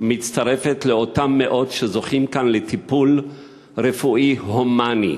לאותם מאות שזוכים כאן לטיפול רפואי הומני,